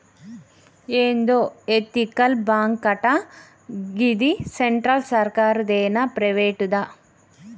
ఏందో ఎతికల్ బాంకటా, గిది సెంట్రల్ సర్కారుదేనా, ప్రైవేటుదా